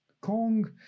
kong